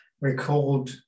record